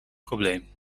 probleem